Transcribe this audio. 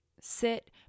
sit